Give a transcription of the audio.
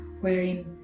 wherein